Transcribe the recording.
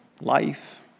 life